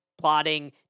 plotting